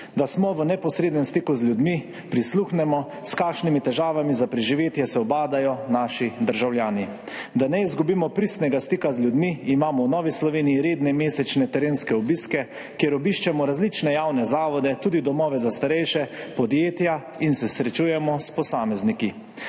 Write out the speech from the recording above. v neposrednem stiku z ljudmi, da prisluhnemo, s kakšnimi težavami za preživetje se ubadajo naši državljani. Da ne izgubimo pristnega stika z ljudmi, imamo v Novi Sloveniji redne mesečne terenske obiske, ko obiščemo različne javne zavode, tudi domove za starejše, podjetja in se srečujemo s posamezniki.